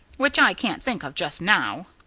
which i can't think of just now,